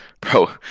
bro